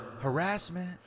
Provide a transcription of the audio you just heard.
harassment